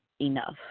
enough